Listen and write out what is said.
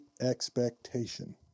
expectation